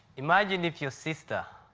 imagine if your sister